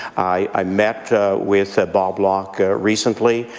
i met but with bob locke recently,